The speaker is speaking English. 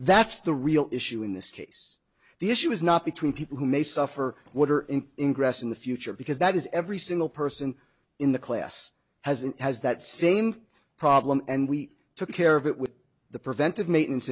that's the real issue in this case the issue is not between people who may suffer what are in ingress in the future because that is every single person in the class hasn't has that same problem and we took care of it with the preventive maintenance